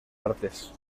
artes